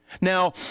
Now